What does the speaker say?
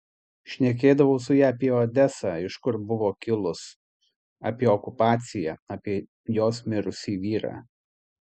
šnekėdavau su ja apie odesą iš kur buvo kilus apie okupaciją apie jos mirusį vyrą